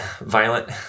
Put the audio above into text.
violent